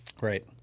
Right